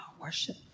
worship